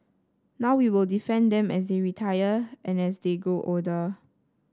now we will defend them as they retire and as they grow older